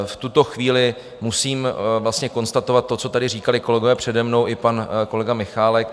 V tuto chvíli musím konstatovat to, co tady říkali kolegové přede mnou i pan kolega Michálek.